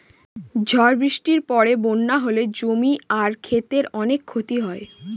ঝড় বৃষ্টির পরে বন্যা হলে জমি আর ক্ষেতের অনেক ক্ষতি হয়